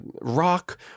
rock